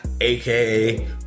aka